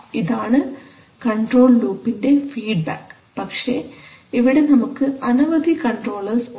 ഇതാണ് കൺട്രോൾ ലൂപിൻറെ ഫീഡ്ബാക്ക് പക്ഷേ പക്ഷേ ഇവിടെ നമുക്ക് അനവധി കൺട്രോളർസ് ഉണ്ട്